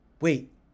Wait